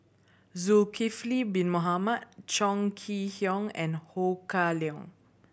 Zulkifli Bin Mohamed Chong Kee Hiong and Ho Kah Leong